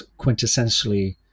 quintessentially